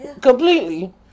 completely